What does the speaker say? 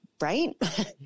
right